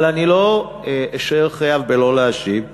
אבל אני לא אשאר חייב בלא להשיב.